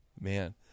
Man